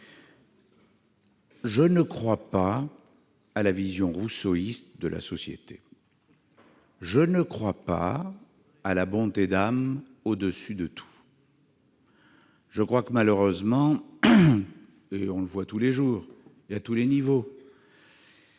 Je ne crois pas à la vision rousseauiste de la société ; je ne crois pas à la bonté d'âme au-dessus de tout ; je crois que, malheureusement, et on le voit tous les jours et à tous les niveaux,